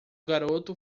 garoto